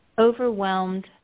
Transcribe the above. overwhelmed